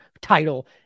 title